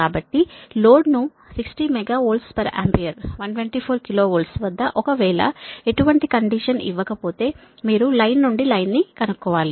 కాబట్టి లోడ్ ను 60 MVA 124 KV వద్ద ఒకవేళ ఎటువంటి కండిషన్ ఇవ్వకపోతే మీరు లైన్ నుండి లైన్ ని అనుకోవాలి